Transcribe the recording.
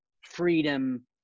freedom